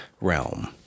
realm